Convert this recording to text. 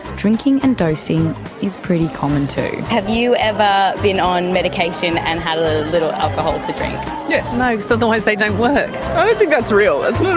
drinking and dosing is pretty common too. have you ever been on medication and had a little alcohol to drink? yes, no, because so otherwise they don't work, i don't think that's real, it's